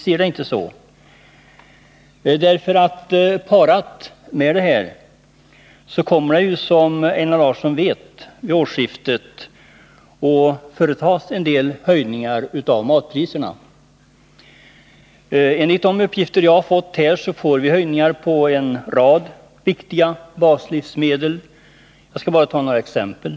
Som Einar Larsson vet kommer det ju också att vid årsskiftet företas vissa höjningar av matpriserna. Enligt de uppgifter som jag har fått blir det höjning av priset på en rad viktiga baslivsmedel. Jag skall bara ta några exempel.